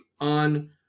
on